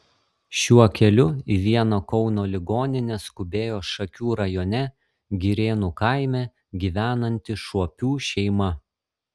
šiuo keliu į vieną kauno ligoninę skubėjo šakių rajone girėnų kaime gyvenanti šuopių šeima